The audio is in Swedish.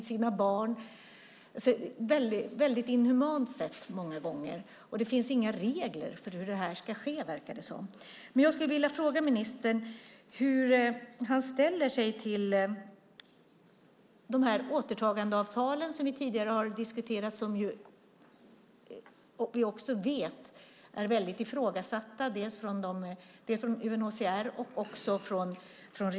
Det sker på ett väldigt inhumant sätt många gånger, och det finns inga regler för hur det här ska ske, verkar det som. Jag skulle vilja fråga ministern hur han ställer sig till återtagandeavtalen, som vi tidigare har diskuterat och som vi vet är väldigt ifrågasatta, dels av UNHCR, dels av regeringarna i fråga.